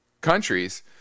countries